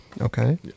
Okay